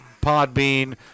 Podbean